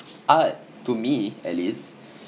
art to me at least